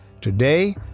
Today